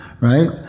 right